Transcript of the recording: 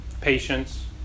patience